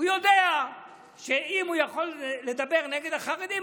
הוא יודע שאם הוא יכול לדבר נגד החרדים,